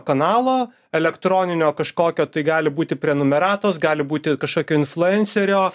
kanalo elektroninio kažkokio tai gali būti prenumeratos gali būti kažkokio influencerio